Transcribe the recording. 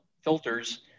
filters